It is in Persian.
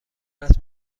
است